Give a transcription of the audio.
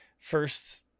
first